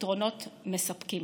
פתרונות מספקים.